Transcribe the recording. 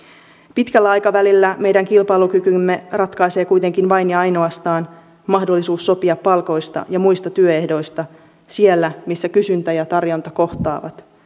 pitkällä aikavälillä meidän kilpailukykymme ratkaisee kuitenkin vain ja ainoastaan mahdollisuus sopia palkoista ja muista työehdoista siellä missä kysyntä ja tarjonta kohtaavat